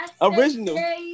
Original